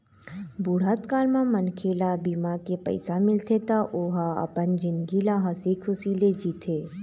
बुढ़त काल म मनखे ल बीमा के पइसा मिलथे त ओ ह अपन जिनगी ल हंसी खुसी ले जीथे